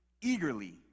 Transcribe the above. eagerly